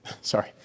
Sorry